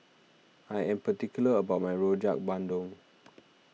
I am particular about my Rojak Bandung